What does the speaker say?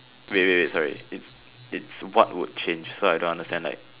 wait wait wait sorry it its what would change so I don't understand like